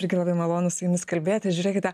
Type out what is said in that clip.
irgi labai malonu su jumis kalbėtis žiūrėkite